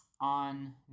on